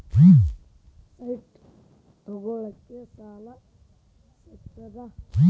Site ತಗೋಳಿಕ್ಕೆ ಸಾಲಾ ಸಿಗ್ತದಾ?